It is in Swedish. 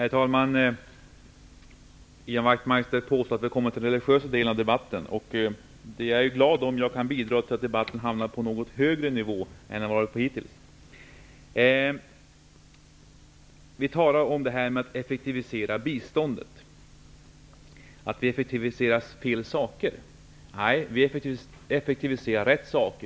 Herr talman! Ian Wachtmeister påstår att vi har kommit till den religiösa delen av debatten. Jag är glad om jag kan bidra till att debatten hamnar på en något högre nivå än vad den har varit hittills. Vi talar om att effektivisera biståndet, och Ian Wachtmeister säger att vi effektiviserar fel saker. Nej, vi effektiviserar rätt sak.